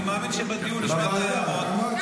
אני מאמין שבדיון נשמע את ההערות -- בוועדה,